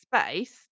space